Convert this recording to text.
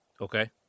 Okay